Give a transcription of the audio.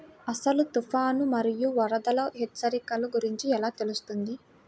అసలు తుఫాను మరియు వరదల హెచ్చరికల గురించి ఎలా తెలుస్తుంది?